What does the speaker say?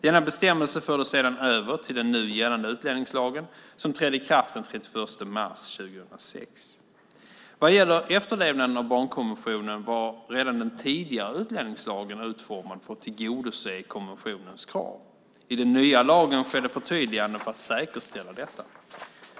Denna bestämmelse fördes sedan över till den nu gällande utlänningslagen, som trädde i kraft den 31 mars 2006. Vad gäller efterlevnaden av barnkonventionen var redan den tidigare utlänningslagen utformad för att tillgodose konventionens krav. I den nya lagen skedde förtydliganden för att säkerställa detta.